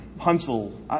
Huntsville